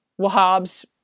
wahab's